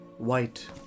White